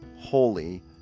holy